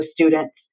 students